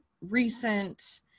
recent